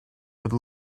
would